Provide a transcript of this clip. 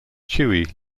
chewy